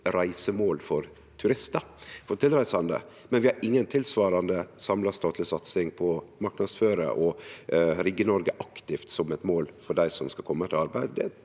reisemål for turistar og tilreisande, men vi har inga tilsvarande samla statleg satsing på å marknadsføre og rigge Noreg aktivt som eit mål for dei som skal kome ut i arbeid.